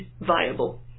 viable